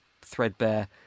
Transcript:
threadbare